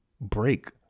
break